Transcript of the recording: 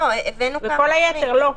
וכל היתר לא.